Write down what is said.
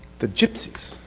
the gypsies!